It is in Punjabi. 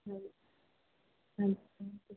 ਹਾਂ